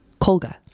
Colga